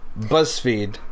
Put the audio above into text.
BuzzFeed